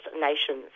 Nations